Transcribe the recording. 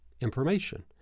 information